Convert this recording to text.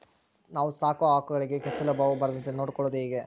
ನಾನು ಸಾಕೋ ಆಕಳಿಗೆ ಕೆಚ್ಚಲುಬಾವು ಬರದಂತೆ ನೊಡ್ಕೊಳೋದು ಹೇಗೆ?